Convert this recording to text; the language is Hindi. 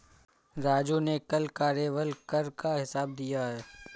राजू ने कल कार्यबल कर का हिसाब दिया है